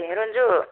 Ranju